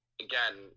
again